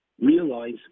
realize